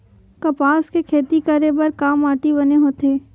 कपास के खेती करे बर का माटी बने होथे?